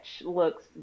looks